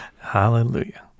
hallelujah